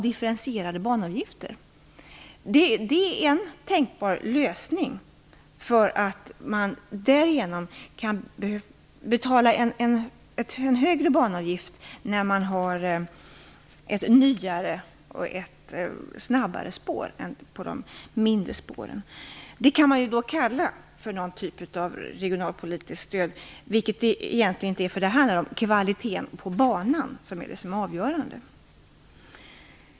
Differentierade banavgifter är en tänkbar lösning. Man betalar en högre banavgift när man har ett nyare och ett snabbare spår än på de mindre linjerna. Det kan man kalla för någon typ av regionalpolitiskt stöd, vilket det egentligen inte är, för det avgörande är kvaliteten på banan.